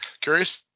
curious